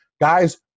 Guys –